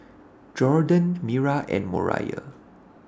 Jorden Mira and Moriah